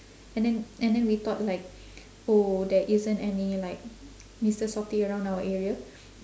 and then and then we thought like oh there isn't any like mister softee around our area